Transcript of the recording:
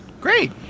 Great